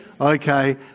Okay